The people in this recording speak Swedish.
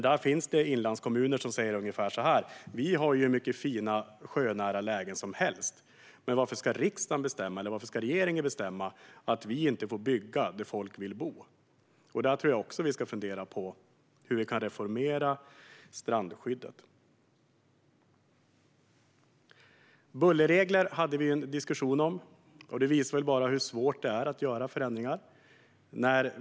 Det finns inlandskommuner som säger ungefär så här: Vi har hur mycket fina, sjönära lägen som helst. Varför ska riksdag och regering bestämma att vi inte får bygga där folk vill bo? Jag tror alltså att vi ska fundera på hur vi kan reformera strandskyddet. Bullerregler hade vi en diskussion om, och det visar väl bara hur svårt det är att göra förändringar.